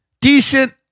Decent